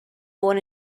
born